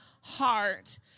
heart